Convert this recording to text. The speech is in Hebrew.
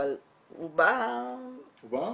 אבל הוא בא- - הוא בא,